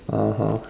(uh huh)